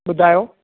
ॿुधायो